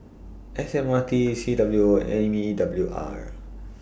S M R T C W O M E W R